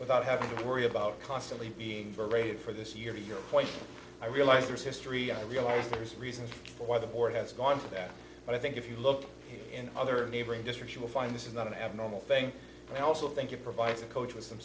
without having to worry about constantly being brave for this year to your point i realize there's history i realize there's a reason why the board has gone for that but i think if you look in other neighboring districts you'll find this is not an abnormal thing and i also think it provides a coach with some